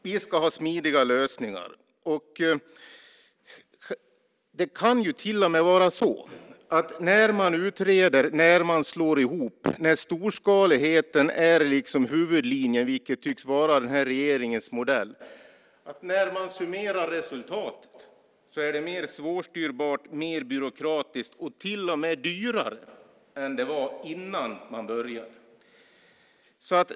Vi ska ha smidiga lösningar. Det kan till och med vara så när man utreder, slår ihop - när storskaligheten är huvudlinjen, vilket tycks vara regeringens modell - och sedan summerar resultatet att det är mer svårstyrt och mer byråkratiskt och till och med dyrare än vad det var innan man började.